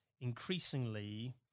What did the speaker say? increasingly